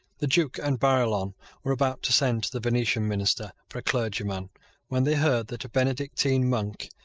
the duke and barillon were about to send to the venetian minister for a clergyman when they heard that a benedictine monk,